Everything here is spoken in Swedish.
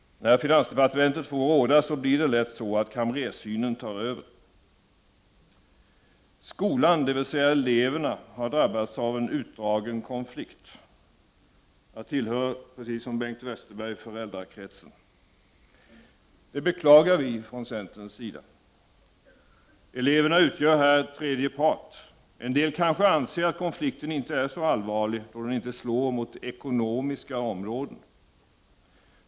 När finansdepartementet får råda blir det lätt så att kamrerssynen tar över. Skolan, dvs. eleverna, har drabbats av en utdragen konflikt. Jag tillhör, precis som Bengt Westerberg, föräldrakretsen. Vi beklagar från centerns sida att eleverna har drabbats. Eleverna utgör här tredje part. En del kanske anser att konflikten inte är så allvarlig, då den inte slår mot ekonomiska områden.